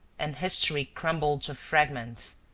and history crumbled to fragments,